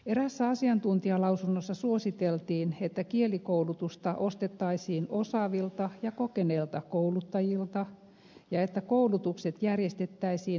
eräässä asiantuntijalausunnossa suositeltiin että kielikoulutusta ostettaisiin osaavilta ja kokeneilta kouluttajilta ja että koulutukset järjestettäisiin nonstop periaatteella